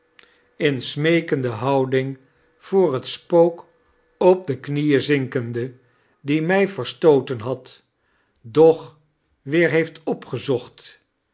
in smeekende houding voor het spook op de knieen zinkende die mij verstooten had doch weer heeft opgezocht